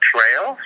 Trail